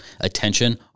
attention